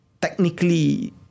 technically